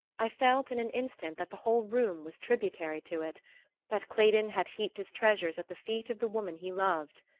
i felt in an instant that the whole room was tributary to it that claydon had heaped his treasures at the feet of the woman he loved.